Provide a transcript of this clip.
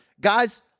Guys